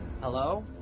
Hello